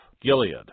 Gilead